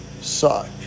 suck